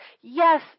Yes